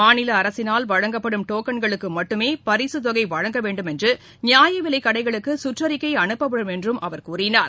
மாநில அரசினால் வழங்கப்படும் டோக்கள்களுக்கு மட்டுமே பரிசுத்தொகை வழங்கவேண்டும் என்று நியாயவிலைக்கடைகளுக்கு கற்றறிக்கை அனுப்பப்படும் என்றும் அவர் கூறினர்